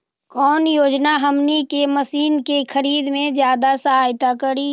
कौन योजना हमनी के मशीन के खरीद में ज्यादा सहायता करी?